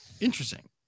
Interesting